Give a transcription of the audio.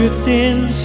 drifting